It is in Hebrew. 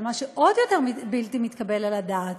אבל מה שעוד יותר בלתי מתקבל על הדעת,